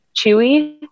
Chewy